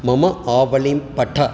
मम आवलिं पठ